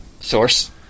source